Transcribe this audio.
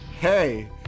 hey